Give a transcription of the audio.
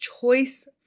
choice